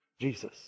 Jesus